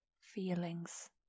feelings